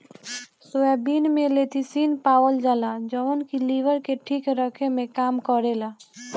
soybean में lecithin पावल जाला जवन की लीवर के ठीक रखे में काम करेला